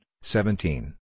seventeen